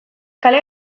kale